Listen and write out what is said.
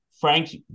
Frank